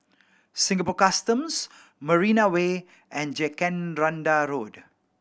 Singapore Customs Marina Way and Jacaranda Road